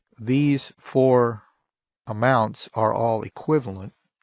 these four amounts are all equivalent,